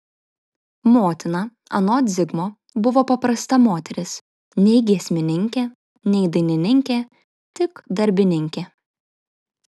motina anot zigmo buvo paprasta moteris nei giesmininkė nei dainininkė tik darbininkė